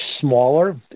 smaller